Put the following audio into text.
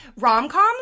Rom-coms